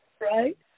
Right